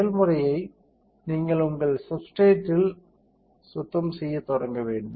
செயல்முறை நீங்கள் உங்கள் சப்ஸ்டிரேட்டை சுத்தம் செய்ய தொடங்க வேண்டும்